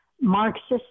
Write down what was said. Marxist